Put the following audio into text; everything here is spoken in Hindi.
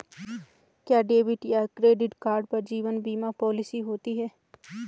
क्या डेबिट या क्रेडिट कार्ड पर जीवन बीमा पॉलिसी होती है?